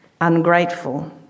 ungrateful